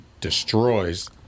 destroys